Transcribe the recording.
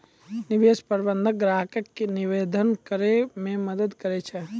निवेश प्रबंधक ग्राहको के निवेश प्रबंधन करै मे मदद करै छै